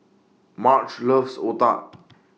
Marge loves Otah